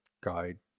guide